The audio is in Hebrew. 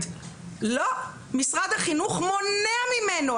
משרד החינוך מונע ממנו,